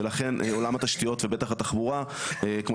ולכן עולם התשתיות ובטח התחבורה כמו